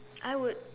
I would